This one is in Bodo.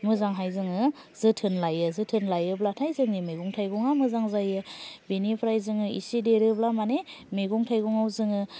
मोजांहाय जोङो जोथोन लायो जोथोन लायोब्लाथाय जोंनि मैगं थाइगंआ मोजां जायो बेनिफ्राय जोङो एसे देरोब्ला माने मैगं थाइगंआव जोङो